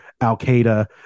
al-qaeda